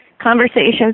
Conversations